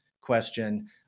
question